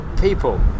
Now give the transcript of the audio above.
people